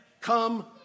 come